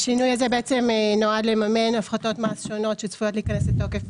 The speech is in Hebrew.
בעצם קובעות ששיעור מס הרכישה שיופרש לקרן הפיצויים עומד על 25%. הוראת